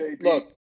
Look